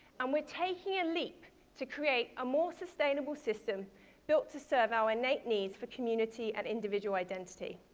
and we're taking a leap to create a more sustainable system built to serve our innate needs for community and individual identity.